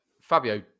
Fabio